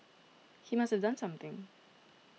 he must have done something